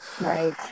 Right